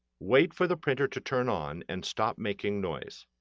wait for the printer to turn on and stop making noise.